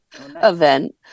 event